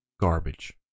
garbage